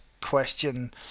question